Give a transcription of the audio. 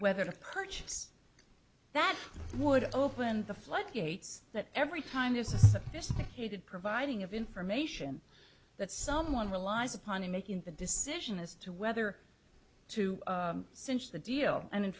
whether to purchase that would open the floodgates that every time there's this heated providing of information that someone relies upon in making the decision as to whether to cinch the deal and in